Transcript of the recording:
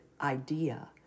idea